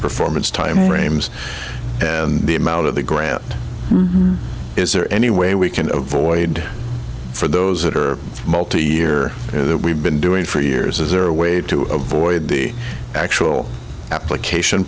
performance time frames and the amount of the grammar is there any way we can avoid for those that are multi year that we've been doing for years is there a way to avoid the actual application